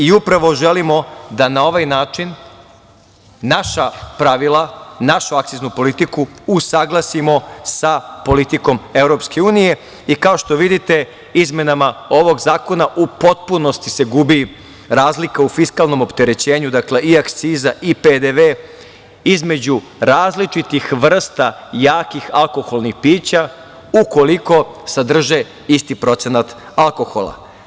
Upravo želimo da i na ovaj način naša pravila, našu akciznu politiku usaglasimo sa politikom EU i kao što vidite izmenama ovog zakona u potpunosti se gubi razlika u fiskalnom opterećenju, dakle i akciza i PDV između različitih vrsta jakih alkoholnih pića ukoliko sadrže isti procenat alkohola.